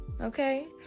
okay